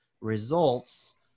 results